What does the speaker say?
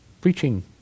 preaching